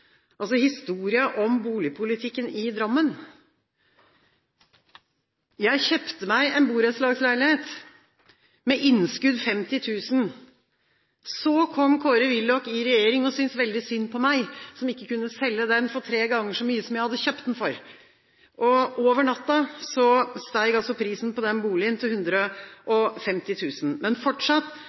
om boligpolitikken i Drammen: Jeg kjøpte meg en borettslagsleilighet med innskudd på 50 000 kr. Så kom Kåre Willoch i regjering og syntes veldig synd på meg, som ikke kunne selge den for tre ganger så mye som jeg hadde kjøpt den for. Over natten steg prisen på den boligen til 150 000 kr. Fortsatt